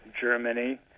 Germany